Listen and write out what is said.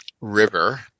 River